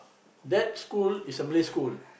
that school is a Malay school